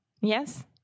Yes